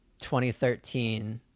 2013